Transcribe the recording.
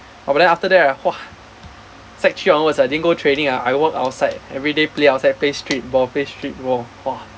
oh but then after that ah !wah! sec~ three onwards I didn't go training ah I work outside everyday play outside play street ball play street ball !wah!